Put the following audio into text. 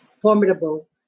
formidable